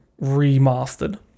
remastered